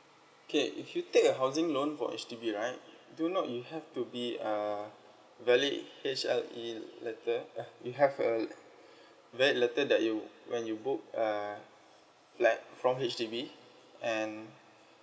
okay if you take a housing loan from H_D_B right do not you have to be uh valid H_L_E letter uh you have a valid letter that you when you book uh flat from H_D_B and